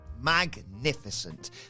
magnificent